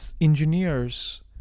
engineers